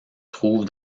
trouve